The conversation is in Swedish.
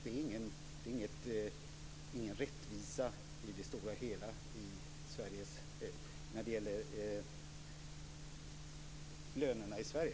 Det finns ingen rättvisa när det gäller lönerna i Sverige.